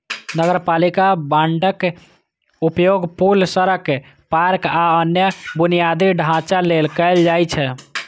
नगरपालिका बांडक उपयोग पुल, सड़क, पार्क, आ अन्य बुनियादी ढांचा लेल कैल जाइ छै